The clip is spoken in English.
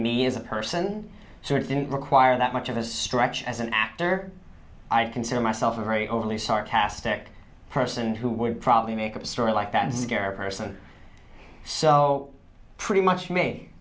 me as a person so it didn't require that much of a stretch as an actor i consider myself a very overly sarcastic person who would probably make up a story like that scary person so pretty much m